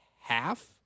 Half